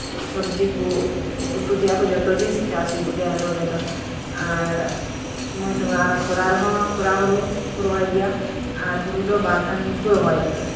ᱥᱚᱵᱡᱤ ᱠᱚ ᱩᱛᱩ ᱛᱮᱭᱥᱟᱜ ᱠᱚ ᱡᱚᱛᱚ ᱜᱮ ᱪᱟᱥ ᱦᱩᱭᱩᱜ ᱜᱮᱭᱟ ᱥᱚᱢᱚᱭ ᱥᱚᱢᱚᱭ ᱟᱨ ᱠᱷᱚᱨᱟ ᱨᱮᱦᱚᱸ ᱠᱷᱚᱨᱟ ᱦᱩᱲᱩ ᱠᱚ ᱨᱚᱦᱚᱭᱟ ᱦᱩᱲᱩ ᱫᱚ ᱵᱟᱨ ᱫᱷᱟᱣ ᱜᱮᱠᱚ ᱨᱚᱦᱚᱭᱟ